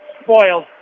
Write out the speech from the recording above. spoiled